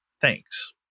Thanks